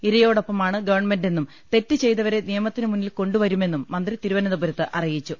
ഇരയോടൊപ്പമാണ് ഗ്വൺമെന്റെന്നും തെറ്റ് ചെയ്തവരെ നിയമത്തിന് മുന്നിൽ കൊണ്ടുവരുമെന്നും മന്ത്രി തിരുവനന്തപുരത്ത് അറിയിച്ചു